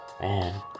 Man